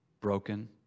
Broken